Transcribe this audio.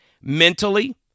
Mentally